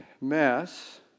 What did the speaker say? Mass